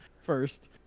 first